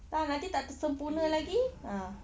entah nanti tak tersempurna lagi ha